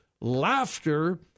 laughter